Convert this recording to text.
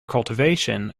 cultivation